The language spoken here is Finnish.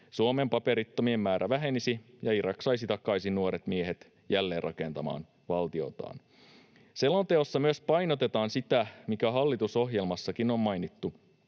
Suomen paperittomien määrä vähenisi, ja Irak saisi takaisin nuoret miehet jälleenrakentamaan valtiotaan. Selonteossa myös painotetaan sitä, mikä hallitusohjelmassakin on mainittu,